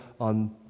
on